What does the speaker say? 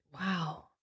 Wow